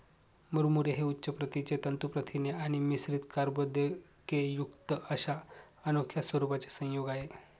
मुरमुरे हे उच्च प्रतीचे तंतू प्रथिने आणि मिश्रित कर्बोदकेयुक्त अशा अनोख्या स्वरूपाचे संयोग आहे